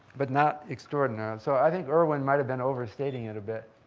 but not extraordinarily, so i think irwin might have been overstating it a bit.